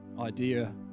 idea